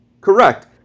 Correct